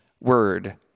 word